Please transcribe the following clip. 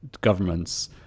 governments